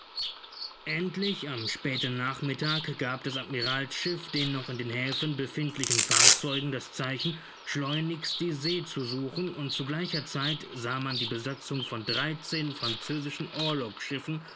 endlich am späten nachmittag gab das admiralsschiff den noch in den häfen befindlichen fahrzeugen das zeichen schleunigst die see zu suchen und zu gleicher zeit sah man die besatzung von dreizehn französischen